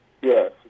Yes